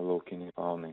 laukinei faunai